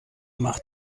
macht